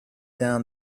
down